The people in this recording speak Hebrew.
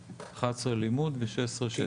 לימוד ו-16 שטח.